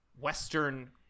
Western